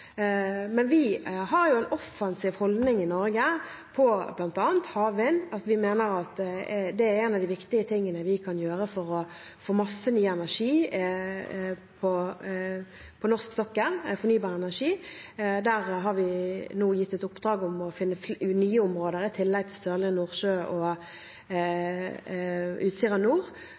Vi har en offensiv holdning i Norge når det gjelder bl.a. havvind. Vi mener at det er en av de viktige tingene vi kan gjøre for å få masse ny energi på norsk sokkel, fornybar energi. Der har vi nå gitt et oppdrag om å finne nye områder i tillegg til Sørlige Nordsjø og Utsira